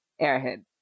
airhead